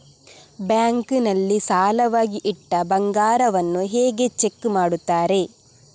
Bank ನಲ್ಲಿ ಸಾಲವಾಗಿ ಇಟ್ಟ ಬಂಗಾರವನ್ನು ಹೇಗೆ ಚೆಕ್ ಮಾಡುತ್ತಾರೆ?